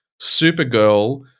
Supergirl